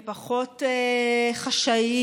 הם פחות חשאיים,